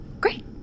Great